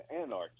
anarchy